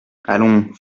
allons